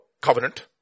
covenant